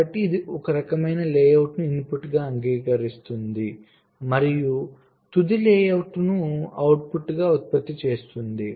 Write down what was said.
కాబట్టి ఇది ఒక రకమైన లేఅవుట్ను ఇన్పుట్గా అంగీకరిస్తుంది మరియు తుది లేఅవుట్ను అవుట్పుట్గా ఉత్పత్తి చేస్తుంది